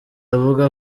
avuga